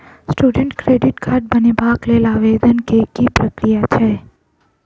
Student credit card बनेबाक लेल आवेदन केँ की प्रक्रिया छै?